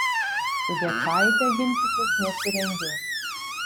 su gečaite ginčytis nesirengiu